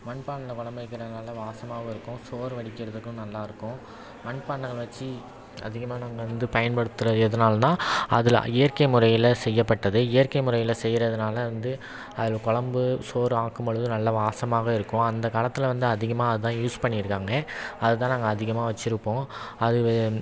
மண்பானையில குழம்பு வைக்கிறதுனால வாசமாகவும் இருக்கும் சோறு வடிக்கிறதுக்கும் நல்லா இருக்கும் மண்பாண்டங்கள் வச்சு அதிகமாக நம்ப வந்து பயன்படுத்துகிறது எதனாலன்னா அதில் இயற்கை முறையில் செய்யப்பட்டது இயற்கை முறையில் செய்யறதுனால வந்து அதில் குலம்பு சோறு ஆக்கும்பொழுது நல்ல வாசமாக இருக்கும் அந்த காலத்தில் வந்து அதிகமாக அதான் யூஸ் பண்ணியிருக்காங்க அது தான் நாங்கள் அதிகமாக வச்சுருப்போம் அது